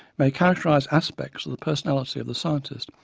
may characterize aspects of the personality of the scientist,